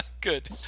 good